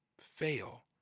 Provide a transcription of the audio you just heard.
fail